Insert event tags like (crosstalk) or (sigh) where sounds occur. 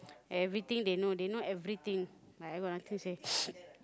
everything they know they know everything like I got nothing to say (noise)